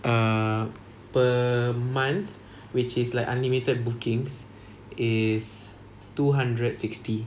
err per month which is like unlimited bookings is two hundred sixty